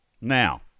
Now